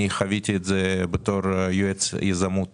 אני חוויתי את זה בתור יועץ יזמות